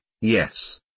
yes